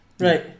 Right